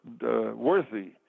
worthy